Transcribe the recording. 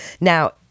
Now